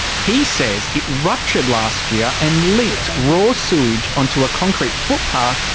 he says it ruptured last year, and leaked raw sewage on to a concrete footpath,